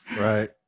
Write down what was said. right